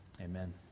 Amen